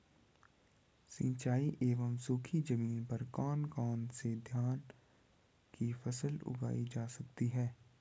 सिंचाई एवं सूखी जमीन पर कौन कौन से धान की फसल उगाई जा सकती है?